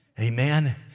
Amen